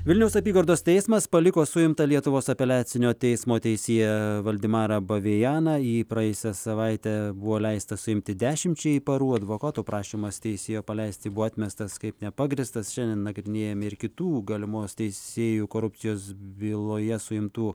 vilniaus apygardos teismas paliko suimtą lietuvos apeliacinio teismo teisėją valdemarą bavėjeną jį praėjusią savaitę buvo leista suimti dešimčiai parų advokato prašymas teisėjo paleisti buvo atmestas kaip nepagrįstas šiandien nagrinėjami ir kitų galimos teisėjų korupcijos byloje suimtų